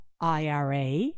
IRA